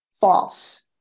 false